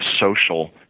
social